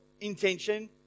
intention